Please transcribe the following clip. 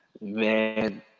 Man